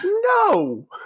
No